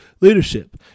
leadership